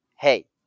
Hey